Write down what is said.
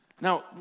Now